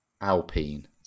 Alpine